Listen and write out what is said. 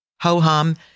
ho-hum